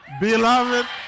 Beloved